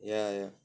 ya ya